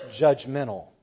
judgmental